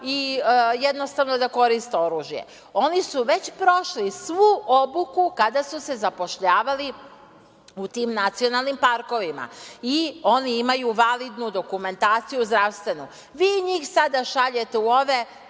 i jednostavno da koriste oružje. Oni su već prošli svu obuku kada su se zapošljavali u tim nacionalnim parkovima i oni imaju validnu dokumentaciju zdravstvenu. Vi njih sada šaljete u ove,